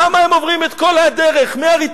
למה הם עוברים את כל הדרך מאריתריאה,